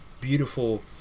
beautiful